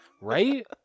right